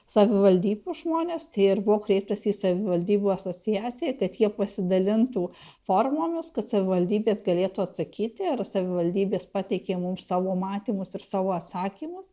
savivaldybių žmonės tai ir buvo kreiptasi į savivaldybių asociaciją kad jie pasidalintų formomis kad savivaldybės galėtų atsakyti ar savivaldybės pateikė mums savo matymus ir savo atsakymus